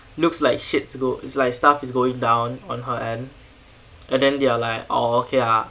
looks like shit's go it's like stuff is going down on her end and then they're like orh okay ah